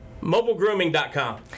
Mobilegrooming.com